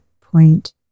point